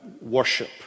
worship